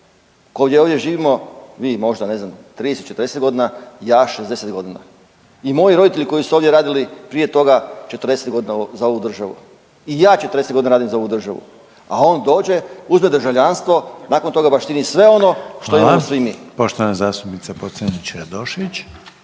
koji ovdje živimo vi možda ne znam 30, 40 godina, ja 60 godina. I moji roditelji koji su ovdje radili prije toga 40 godina za ovu državu. I ja 40 godina radim za ovu državu, a on dođe, uzme državljanstvo, nakon toga baštini sve ono što imamo svi mi. **Reiner, Željko